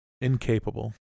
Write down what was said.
Incapable